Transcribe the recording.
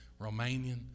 Romanian